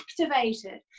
activated